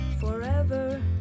forever